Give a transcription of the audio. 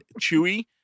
Chewie